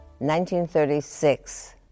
1936